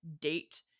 date